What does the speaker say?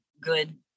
good